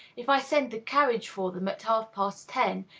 if i send the carriage for them at half-past ten,